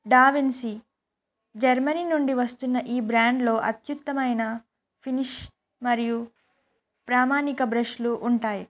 DaVinci Germany నుండి వస్తున్న ఈ బ్రాండ్లో అత్యుత్తమైన ఫినిష్ మరియు ప్రామానిక బ్రష్లు ఉంటాయి